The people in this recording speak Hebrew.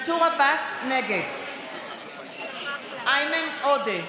נגד איימן עודה,